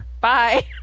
bye